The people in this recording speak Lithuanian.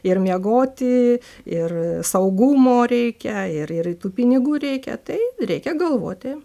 ir miegoti ir saugumo reikia ir ir tų pinigų reikia tai reikia galvoti